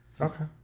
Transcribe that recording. Okay